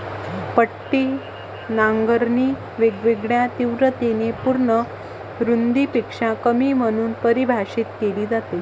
पट्टी नांगरणी वेगवेगळ्या तीव्रतेच्या पूर्ण रुंदीपेक्षा कमी म्हणून परिभाषित केली जाते